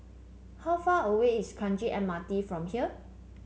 how far away is Kranji M R T from here